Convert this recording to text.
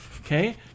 Okay